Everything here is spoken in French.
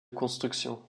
construction